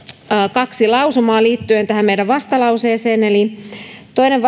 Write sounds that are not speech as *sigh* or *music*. kaksi lausumaa liittyen tähän meidän vastalauseeseen toinen *unintelligible*